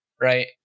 right